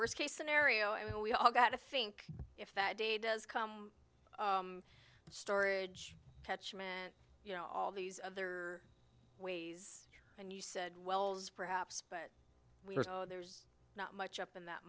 worst case scenario and we all got to think if that day does come and storage attachment you know all these other ways and you said wells perhaps but there's not much up in that